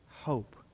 hope